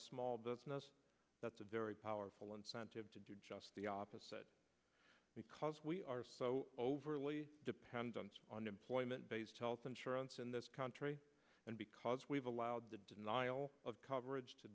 small business that's a very powerful incentive to do just the opposite because we are so overly dependent on employment based health insurance in this country and because we've allowed the denial of coverage to